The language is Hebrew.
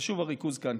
חשוב הריכוז כאן,